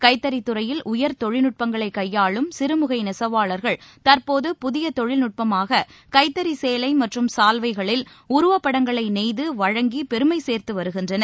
கைத்தறித் துறையில் உயர் தொழில்நுட்பங்களை கையாளும் சிறுமுகை நெசவாளர்கள் தற்போது புதிய தொழில்நுட்பமாக கைத்தறி கேலை மற்றும் சால்வைகளில் உருவப்படங்களை நெய்து வழங்கி பெருமை சேர்த்து வருகின்றனர்